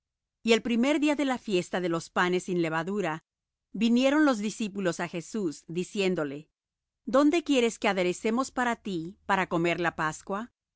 y el primer día de la fiesta de los panes sin levadura vinieron los discípulos á jesús diciéndole dónde quieres que aderecemos para ti para comer la pascua